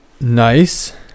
Nice